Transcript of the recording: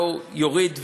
יוריד.